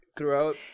Throughout